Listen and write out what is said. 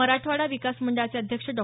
मराठवाडा विकास मंडळाचे अध्यक्ष डॉ